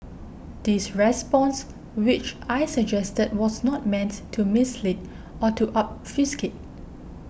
this response which I suggested was not meant to mislead or to obfuscate